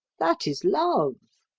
that is love.